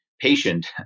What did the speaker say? patient